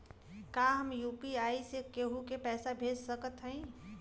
का हम यू.पी.आई से केहू के पैसा भेज सकत हई?